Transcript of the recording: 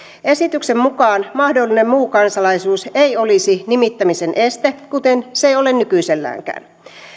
esityksen mukaan mahdollinen muu kansalaisuus ei olisi nimittämisen este kuten se ei ole nykyiselläänkään